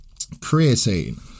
creatine